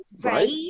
Right